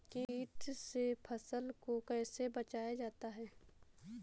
कीट से फसल को कैसे बचाया जाता हैं?